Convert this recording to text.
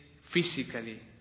physically